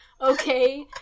okay